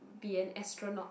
be an astronaut